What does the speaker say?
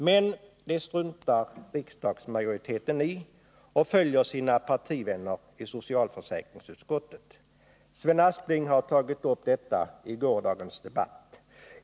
Men det struntar riksdagsmajoriteten i och följer sina partivänner i socialförsäkringsutskottet. Sven Aspling har tagit upp detta i gårdagens debatt.